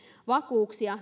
vakuuksia